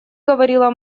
говорила